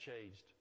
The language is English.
changed